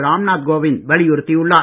ராம்நாத் கோவிந்த் வலியுறுத்தியுள்ளார்